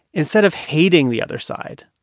instead of hating the other side,